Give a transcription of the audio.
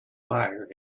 fire